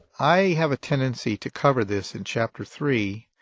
i have a tendency to cover this in chapter three